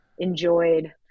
enjoyed